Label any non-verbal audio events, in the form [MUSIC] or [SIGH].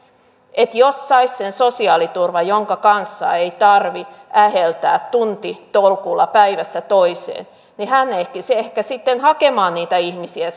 että jos saisi sen sosiaaliturvan jonka kanssa ei tarvitse äheltää tuntitolkulla päivästä toiseen niin hän ehtisi ehkä sitten hakemaan niitä ihmisiä [UNINTELLIGIBLE]